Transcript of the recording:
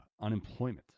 unemployment